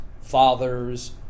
fathers